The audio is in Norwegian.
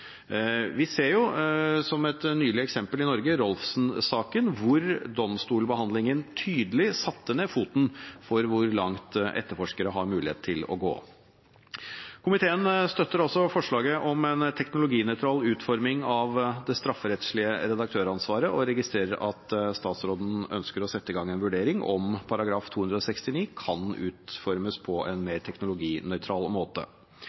Vi ser jo, som et nylig eksempel i Norge, Rolfsen-saken, hvor domstolen tydelig satte ned foten for hvor langt etterforskere har mulighet til å gå. Komiteen støtter også forslaget om en teknologinøytral utforming av det strafferettslige redaktøransvaret og registrerer at statsråden ønsker å sette i gang en vurdering om § 269 kan utformes på en mer teknologinøytral måte.